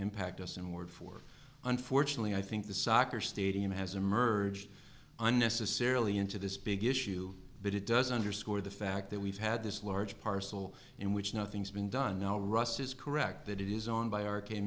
impact us and word for unfortunately i think the soccer stadium has emerged unnecessarily into this big issue but it does underscore the fact that we've had this large parcel in which nothing's been done now rust is correct that it is owned by